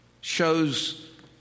shows